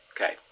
Okay